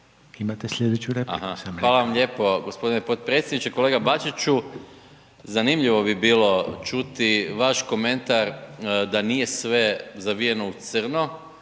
Gordan (SDP)** Hvala vam lijepo gospodine podpredsjedniče, kolega Bačiću zanimljivo bi bilo čuti vaš komentar da nije sve zavijeno u crno